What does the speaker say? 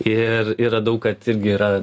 ir ir radau kad irgi yra